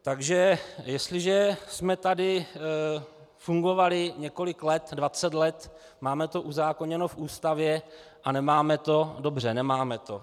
Takže jestliže jsme tady fungovali několik let, dvacet let, máme to uzákoněno v Ústavě a nemáme to, dobře, nemáme to.